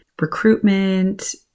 recruitment